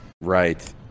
right